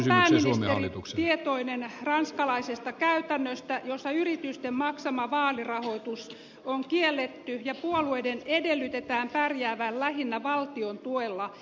onko pääministeri tietoinen ranskalaisesta käytännöstä jossa yritysten maksama vaalirahoitus on kielletty ja puolueiden edellytetään pärjäävän lähinnä valtion tuella